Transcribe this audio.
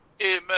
Amen